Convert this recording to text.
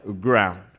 ground